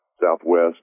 southwest